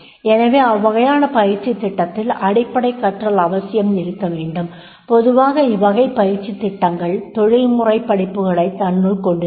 எனவே அவ்வகையான பயிற்சித் திட்டத்தில் அடிப்படைக் கற்றல் அவசியம் இருக்க வேண்டும் பொதுவாக இவ்வகைப் பயிற்சித் திட்டங்கள் தொழில்முறை படிப்புகளைத் தன்னுள் கொண்டிருக்கும்